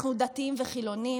אנחנו דתיים וחילונים,